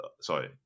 sorry